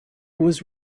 was